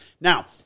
Now